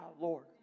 Lord